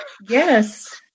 Yes